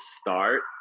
start